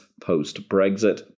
post-Brexit